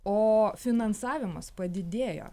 o finansavimas padidėjo